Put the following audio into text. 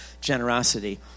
generosity